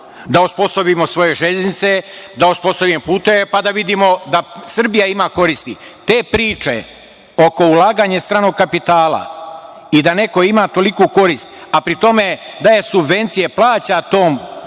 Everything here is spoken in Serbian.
da osposobimo svoje železnice, da osposobimo puteve, pa da vidimo da Srbija ima koristi. Te priče oko ulaganja stranog kapitala i da neko ima toliku korist, a pri tome daje subvencije, plaća tom